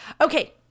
Okay